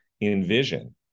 envision